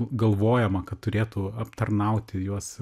galvojama kad turėtų aptarnauti juos